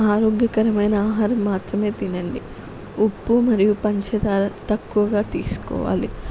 ఆరోగ్యకరమైన ఆహారం మాత్రమే తినండి ఉప్పు మరియు పంచదార తక్కువగా తీసుకోవాలి